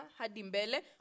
hadimbele